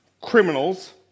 criminals